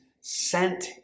sent